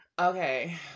Okay